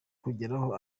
kugeraho